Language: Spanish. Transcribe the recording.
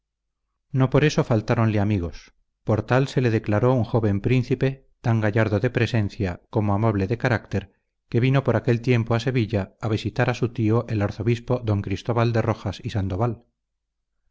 no por eso faltáronle amigos por tal se le declaró un joven príncipe tan gallardo de presencia como amable de carácter que vino por aquel tiempo a sevilla a visitar a su tío el arzobispo d cristóbal de rojas y sandoval